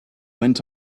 went